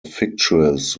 fictitious